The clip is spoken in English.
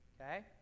Okay